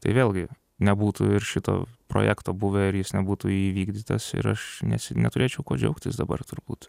tai vėlgi nebūtų ir šito projekto buvę ir jis nebūtų įvykdytas ir aš nesi neturėčiau kuo džiaugtis dabar turbūt